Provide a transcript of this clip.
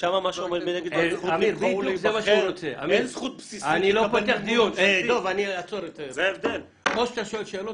שם אין זכות בסיסית --- או שאתה שואל שאלות,